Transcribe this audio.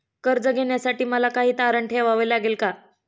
कर्ज घेण्यासाठी मला काही तारण ठेवावे लागेल का?